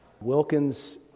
Wilkins